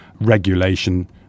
regulation